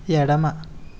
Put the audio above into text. ఎడమ